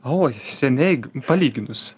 oi seniai palyginus